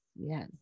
yes